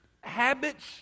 habits